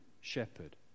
shepherd